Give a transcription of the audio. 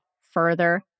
further